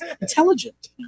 intelligent